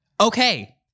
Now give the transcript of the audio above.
Okay